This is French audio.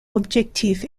objectif